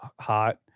hot